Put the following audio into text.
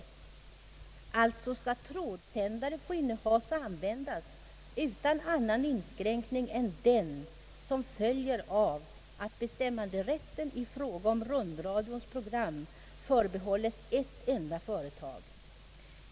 Alltså skall trådsändare få innehas och användas utan annan inskränkning än den som följer av att bestämmanderätten i fråga om rundradions program förbehålles ett enda företag.